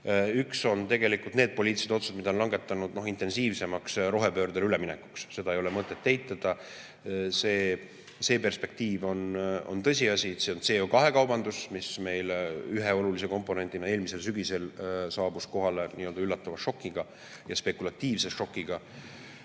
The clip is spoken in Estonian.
Üks on tegelikult need poliitilised otsused, mis on langetatud intensiivsemaks rohepöördele üleminekuks. Seda ei ole mõtet eitada. See perspektiiv on tõsiasi. CO2‑kaubandus saabus meile ühe olulise komponendina kohale eelmisel sügisel nii-öelda üllatava šokiga ja ka spekulatiivse šokiga.